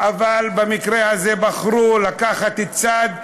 אבל במקרה הזה בחרו לקחת צד שקר,